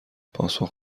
پاسخ